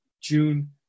June